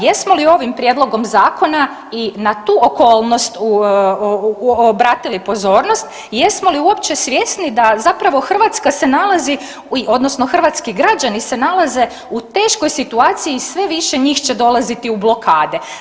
Jesmo li ovim prijedlogom zakona i na tu okolnost obratili pozornost i jesmo li uopće svjesni da zapravo Hrvatska se nalazi odnosno hrvatski građani se nalazi u teškoj situaciji i sve više njih će dolaziti u blokade?